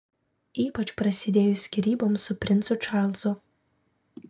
ypač prasidėjus skyryboms su princu čarlzu